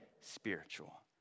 spiritual